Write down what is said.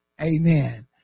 Amen